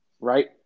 right